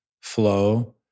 flow